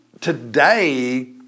today